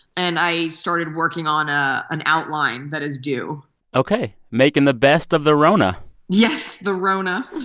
and i started working on ah an outline that is due ok, making the best of the rona yes, the rona.